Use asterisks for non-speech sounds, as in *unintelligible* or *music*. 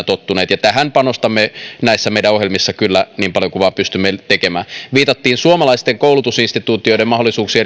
*unintelligible* tottuneet ja tähän panostamme näissä meidän ohjelmissamme kyllä niin paljon kuin vain pystymme erityisesti vikmanin osalta viitattiin suomalaisten koulutusinstituutioiden mahdollisuuksiin *unintelligible*